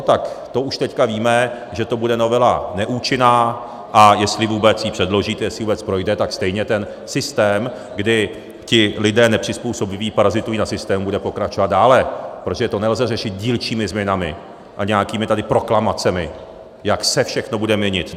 Tak to už teď víme, že to bude novela neúčinná, a jestli vůbec ji předložíte, jestli vůbec projde, tak stejně ten systém, kdy ti nepřizpůsobiví lidé parazitují na systému, bude pokračovat dále, protože to nelze řešit dílčími změnami a nějakými proklamacemi, jak se všechno bude měnit.